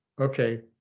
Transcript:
okay